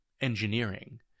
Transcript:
engineering